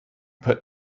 put